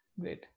Great